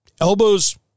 elbows